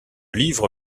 livre